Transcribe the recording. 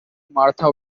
martha